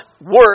work